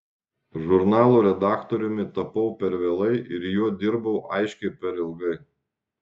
žurnalo redaktoriumi tapau per vėlai ir juo dirbau aiškiai per ilgai